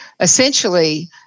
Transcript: essentially